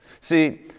See